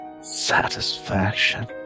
satisfaction